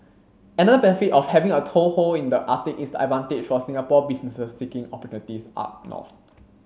another benefit of having a toehold in the Arctic is the advantage for Singapore businesses seeking opportunities up north